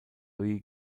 louis